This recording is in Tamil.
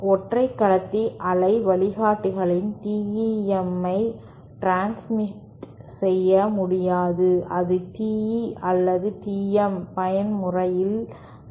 ஒற்றை கடத்தி அலை வழிகாட்டிகளால் TEM ஐ டிரான்ஸ்மிட் செய்ய முடியாது அது TE அல்லது TM பயன்முறையில் சேர வேண்டும்